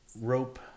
rope